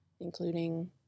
including